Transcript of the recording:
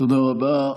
תודה רבה.